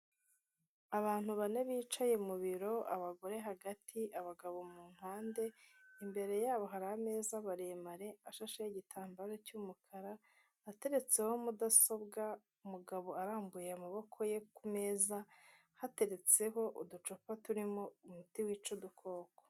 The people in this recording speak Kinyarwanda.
Abantu bane bicaye mu biro, abagore hagati abagabo mu mpande, imbere yabo hari ameza maremare ashasheho igitambaro cy'umukara, ateretseho mudasobwa, umugabo arambuye amaboko ye ku meza hateretseho uducapa turimo umuti wica udukoko.